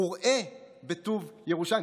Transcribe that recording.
וראה בטוב ירושלים,